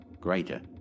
greater